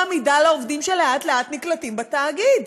המידה לעובדים שלאט-לאט נקלטים בתאגיד,